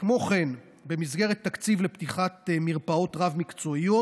כמו כן, במסגרת תקציב לפתיחת מרפאות רב-מקצועיות